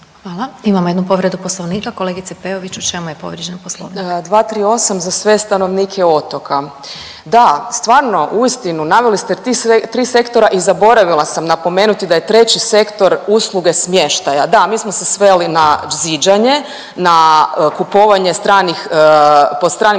Hvala. Imamo jednu povredu poslovnika. Kolegice Peović u čemu je povrijeđen poslovnik? **Peović, Katarina (RF)** 238. za sve stanovnike otoka, da stvarno, uistinu naveli ste tri sektora i zaboravila sam napomenuti da je treći sektor usluge smještaja, da mi smo se sveli na ziđanje, na kupovanje stranih, po stranim